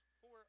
four